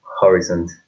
horizon